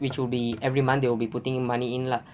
which would be every month they will be putting money in lah